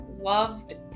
loved